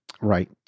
Right